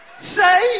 say